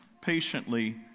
patiently